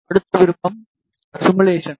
அடுத்த விருப்பம் சிமுலேசன்